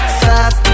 five